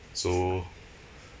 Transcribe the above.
so